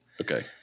Okay